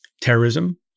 terrorism